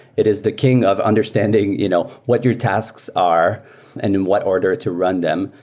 it is the king of understanding you know what your tasks are and in what order to run them.